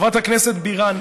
חברת הכנסת בירן,